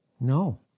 No